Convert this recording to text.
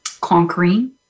conquering